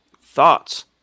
Thoughts